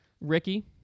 Ricky